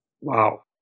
Wow